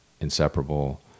inseparable